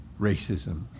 racism